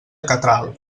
catral